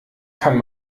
kann